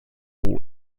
pool